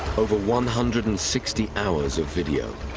over one hundred and sixty hours of video.